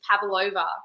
pavlova